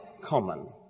common